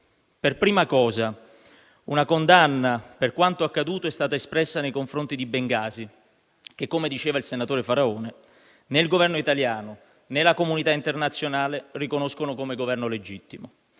Per prima cosa una condanna per quanto accaduto è stata espressa nei confronti di Bengasi che, come diceva il senatore Faraone, né il Governo italiano, né la comunità internazionale riconoscono come Governo legittimo.